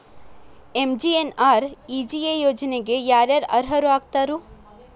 MGNREGA ಯೋಜನೆಗೆ ಯಾರ ಯಾರು ಅರ್ಹರು ಆಗ್ತಾರ?